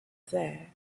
there